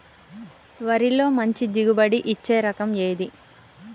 వరిలో మంచి దిగుబడి ఇచ్చే రకం ఏది?